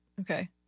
okay